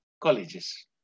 colleges